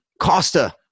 Costa